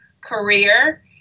career